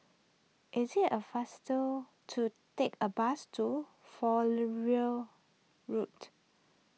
is it a faster to take a bus to Fowlie Road